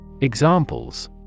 Examples